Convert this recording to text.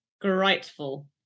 grateful